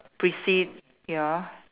precede ya